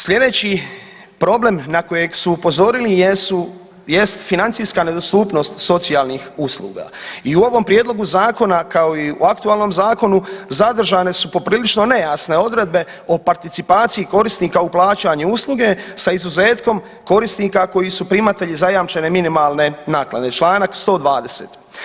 Slijedeći problem na kojeg su upozorili jest financijska nedostupnost socijalnih usluga i u ovom prijedlogu zakona kao i u aktualnom zakonu zadržane su poprilično one jasne odredbe o participaciji korisnika u plaćanju usluge sa izuzetkom korisnika koji su primatelji zajamčene minimalne naknade čl. 120.